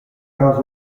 causa